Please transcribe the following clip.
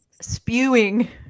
Spewing